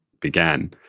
Began